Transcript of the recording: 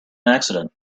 accident